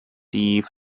die